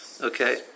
Okay